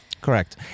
Correct